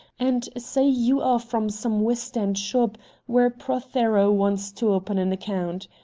and say you are from some west end shop where prothero, wants to open an account.